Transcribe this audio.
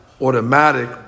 automatic